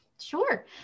Sure